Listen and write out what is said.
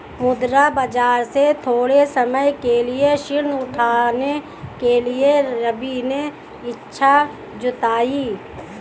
मुद्रा बाजार से थोड़े समय के लिए ऋण उठाने के लिए रवि ने इच्छा जताई